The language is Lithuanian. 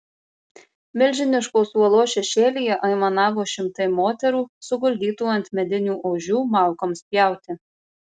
milžiniškos uolos šešėlyje aimanavo šimtai moterų suguldytų ant medinių ožių malkoms pjauti